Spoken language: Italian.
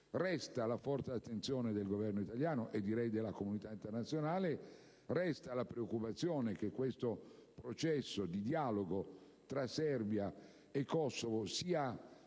la forte attenzione del Governo italiano e della comunità internazionale, così come la preoccupazione che questo processo di dialogo tra Serbia e Kosovo sia